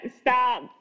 stop